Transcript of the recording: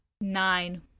Nine